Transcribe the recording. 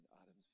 Adam's